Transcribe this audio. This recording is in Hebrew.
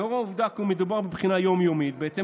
לאור העובדה כי מדובר בבחינה יום-יומית בהתאם